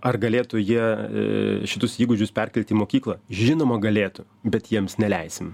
ar galėtų jie šituos įgūdžius perkelti mokyklą žinoma galėtų bet jiems neleisim